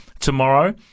tomorrow